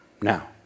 now